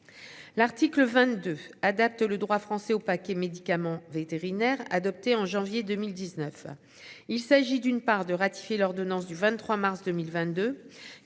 L'article 22 adapte le droit français au paquet médicaments vétérinaires adopté en janvier 2019. Il s'agit d'une part de ratifier l'ordonnance du 23 mars 2022,